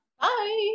Bye